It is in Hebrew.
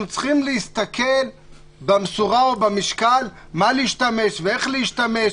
אנחנו צריכים להסתכל במסורה ובמשקל מה להשתמש ואיך להשתמש.